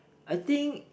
I think